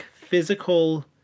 physical